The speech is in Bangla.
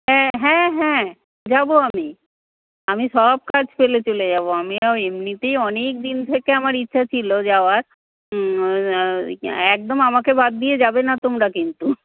হ্যাঁ হ্যাঁ হ্যাঁ যাব আমি আমি সব কাজ ফেলে চলে যাব আমিও এমনিতেই অনেকদিন থেকে আমার ইচ্ছা ছিলো যাওয়ার একদম আমাকে বাদ দিয়ে যাবে না তোমরা কিন্তু